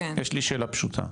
יש לי שאלה פשוטה.